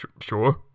sure